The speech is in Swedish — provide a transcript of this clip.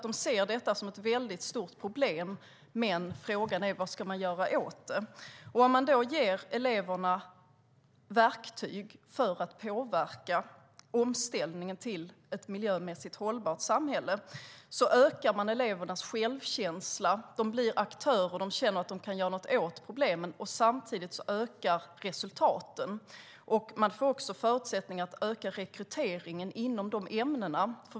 De ser det som ett väldigt stort problem, men frågan är vad man ska göra åt det. Om man ger eleverna verktyg för att påverka omställningen till ett miljömässigt hållbart samhälle ökar elevernas självkänsla. De blir aktörer och känner att de kan göra något åt problemen, och samtidigt ökar resultaten. Man får även förutsättningar att öka rekryteringen inom de ämnena.